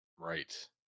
Right